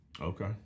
Okay